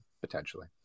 potentially